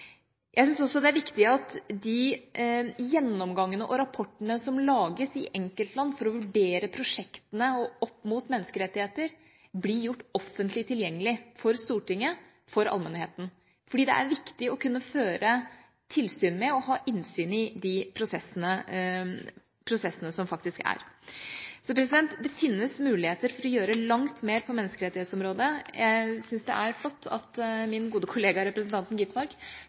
Jeg syns også det er viktig at de gjennomgangene og rapportene som lages i enkeltland for å vurdere prosjektene opp mot menneskerettigheter, blir gjort offentlig tilgjengelig for Stortinget og for allmennheten. For det er viktig å kunne føre tilsyn med og ha innsyn i de prosessene som faktisk er. Så det fins muligheter for å gjøre langt mer på menneskerettighetsområdet. Jeg syns det er flott at min gode kollega representanten